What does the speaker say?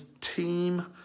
team